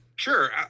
Sure